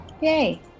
Yay